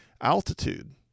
altitude